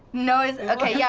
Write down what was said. no es okay, yeah